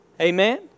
Amen